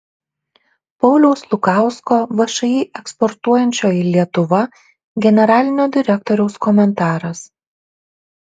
pauliaus lukausko všį eksportuojančioji lietuva generalinio direktoriaus komentaras